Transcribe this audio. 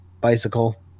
bicycle